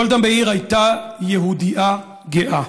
גולדה מאיר הייתה יהודייה גאה.